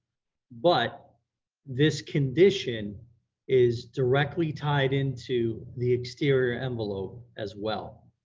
but this condition is directly tied into the exterior envelope as well.